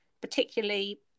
particularly